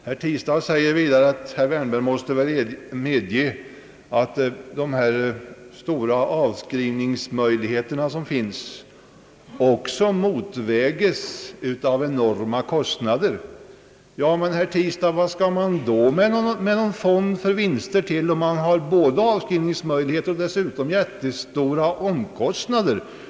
Herr Tistad säger vidare att jag väl måste medge att de stora avskrivningsmöjligheter som fiskarna har motvägs av enorma kostnader. Men, herr Tistad, vad skall man med en fond för vinster till, om man har både avskrivningsmöjligheter och jättestora kostnader?